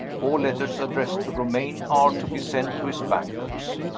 all letters addressed to romayne are to be sent to his bankers.